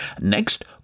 Next